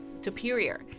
superior